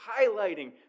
highlighting